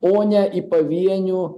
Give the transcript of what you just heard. o ne į pavienių